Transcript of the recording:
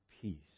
peace